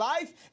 life